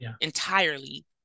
entirely